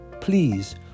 please